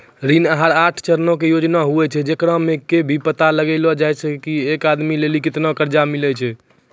ऋण आहार आठ चरणो के योजना होय छै, जेकरा मे कि इ पता लगैलो जाय छै की एक आदमी लेली केतना कर्जा मिलै छै